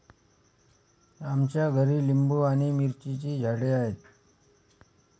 आमच्या घरी लिंबू आणि मिरचीची झाडे आहेत